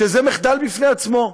שזה מחדל בפני עצמו.